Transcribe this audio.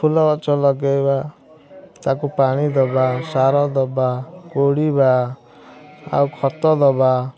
ଫୁଲଗଛ ଲଗେଇବା ତାକୁ ପାଣି ଦେବା ସାର ଦେବା କୋଡ଼ିବା ଆଉ ଖତ ଦେବା